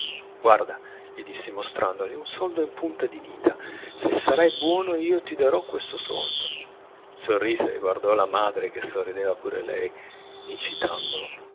guarda gli dissi mostrandogli un soldo in punta di dita se sarai buono io ti darò questo soldo sorrise guardò la madre che sorrideva pur lei incitandolo